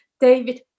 David